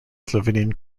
slovenian